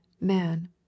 man